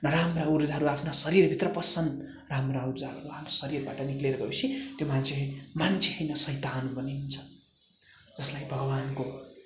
नराम्रा उर्जाहरू आफ्ना शरीरभित्र पस्छन् र राम्रा उर्जाहरू आफ्नो शरीरबाट निक्लेर गएपछि त्यो मान्छे होइन सैतान बनिन्छन् जसलाई भगवान्को